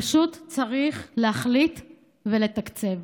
פשוט צריך להחליט ולתקצב.